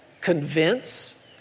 Convince